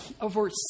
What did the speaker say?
over